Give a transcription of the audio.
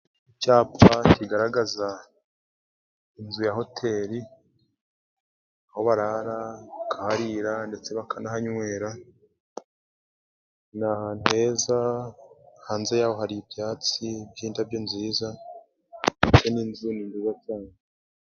Icyapa kigaragaza inzu ya hoteri aho bararahara, bakaharira ndetse bakanahanywera. Ni ahantu heza, hanze yaho hari ibyatsi by'indabyo nziza ndetse n'inzu ni nziza cyane.